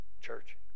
Church